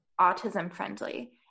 autism-friendly